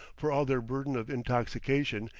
for all their burden of intoxication,